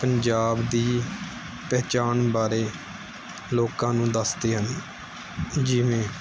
ਪੰਜਾਬ ਦੀ ਪਹਿਚਾਣ ਬਾਰੇ ਲੋਕਾਂ ਨੂੰ ਦੱਸਦੇ ਹਨ ਜਿਵੇਂ